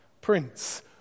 Prince